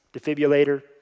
defibrillator